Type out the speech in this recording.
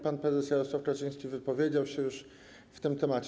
Pan prezes Jarosław Kaczyński wypowiedział się już na ten temat.